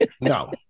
No